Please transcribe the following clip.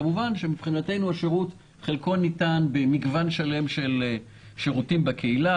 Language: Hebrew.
מבחינתנו חלקו של השירות ניתן במגוון שלם של שירותים בקהילה.